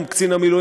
מי